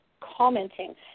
commenting